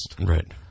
Right